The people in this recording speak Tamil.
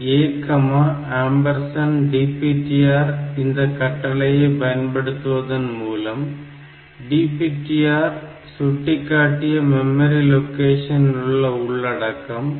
MOVX ADPTR இந்தக் கட்டளையை பயன்படுத்துவதன் மூலம் DPTR சுட்டிக்காட்டிய மெமரி லொகேஷனில் உள்ள உள்ளடக்கம்